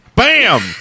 Bam